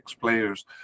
players